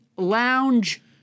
lounge